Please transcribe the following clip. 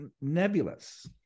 nebulous